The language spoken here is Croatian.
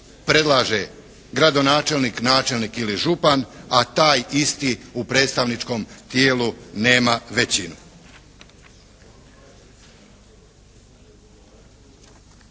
predlaže gradonačelnik, načelnik ili župan, a taj isti u predstavničkom tijelu nema većinu.